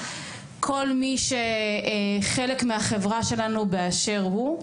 כל מי שחלק מהחברה שלנו באשר הוא?